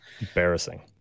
Embarrassing